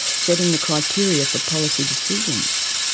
setting the criteria for policy decisions?